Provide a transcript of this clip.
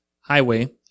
highway